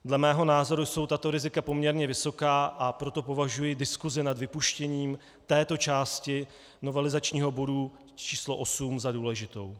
Dle mého názoru jsou tato rizika poměrně vysoká, a proto považuji diskusi nad vypuštěním této části novelizačního bodu č. 8 za důležitou.